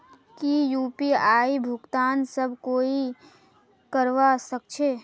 की यु.पी.आई भुगतान सब कोई ई करवा सकछै?